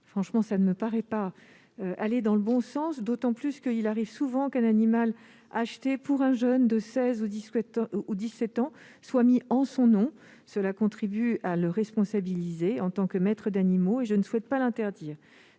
d'un parent, ne me paraît pas aller dans le bon sens. Il arrive souvent qu'un animal acheté pour un jeune de 16 ou 17 ans soit mis à son nom, ce qui contribue à le responsabiliser en tant que maître de l'animal. Je ne souhaite pas interdire